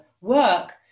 work